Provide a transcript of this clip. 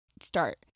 start